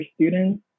students